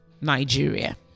Nigeria